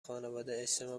خانواده، اجتماع